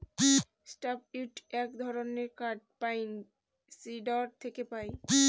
soft wood এক ধরনের কাঠ পাইন, সিডর থেকে পাই